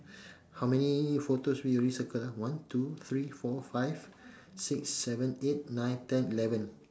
how many photos we already circle ah one two three four five six seven eight nine ten eleven